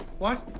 what?